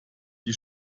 die